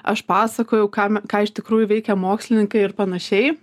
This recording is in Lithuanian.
aš pasakojau kam ką iš tikrųjų veikia mokslininkai ir panašiai